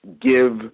give